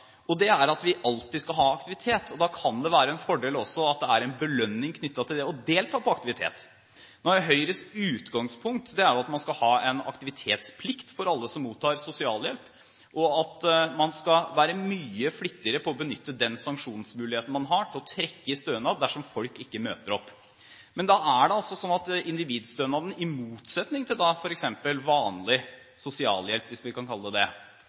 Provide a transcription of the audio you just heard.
og det er at vi alltid skal ha aktivitet. Da kan det være en fordel også at det er en belønning knyttet til det å delta i aktivitet. Høyres utgangspunkt er at man skal ha en aktivitetsplikt for alle som mottar sosialhjelp, og at man skal være mye flittigere til å benytte den sanksjonsmuligheten man har til å trekke i stønaden dersom folk ikke møter opp. Men da er det altså sånn at individstønaden, i motsetning til f.eks. vanlig sosialhjelp – hvis vi kan kalle den det – er konkret knyttet til det